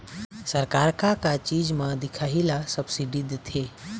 सरकार का का चीज म दिखाही ला सब्सिडी देथे?